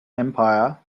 empire